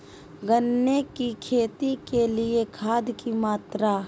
गन्ने की खेती के लिए खाद की मात्रा?